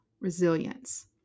resilience